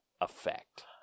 effect